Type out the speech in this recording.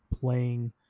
playing